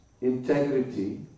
integrity